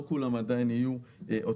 לא כל הרכבים יהיו אוטונומיים.